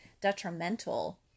detrimental